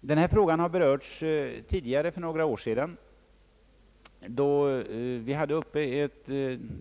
Denna fråga har berörts för några år sedan, då vi i kammaren hade uppe